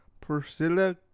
Priscilla